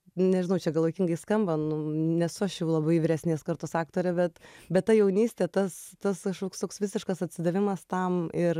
nežinau čia gal juokingai skamba nu nesu aš jau labai vyresnės kartos aktorė bet bet ta jaunystė tas tas kažkoks toks visiškas atsidavimas tam ir